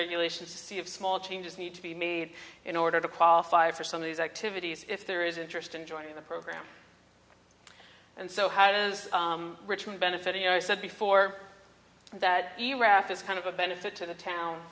regulations to see if small changes need to be made in order to qualify for some of these activities if there is interest in joining the program and so how does richmond benefiting i said before that iraq is kind of a benefit to the town